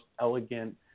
elegant